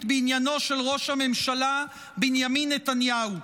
בעניינו של ראש הממשלה בנימין נתניהו.